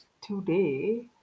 today